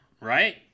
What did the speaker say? right